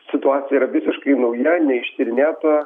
situacija yra visiškai nauja neištyrinėta